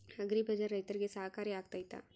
Agri bazaar ರೈತರಿಗೆ ಸಹಕಾರಿ ಆಗ್ತೈತಾ?